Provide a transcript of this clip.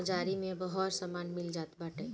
बाजारी में अब हर समान मिल जात बाटे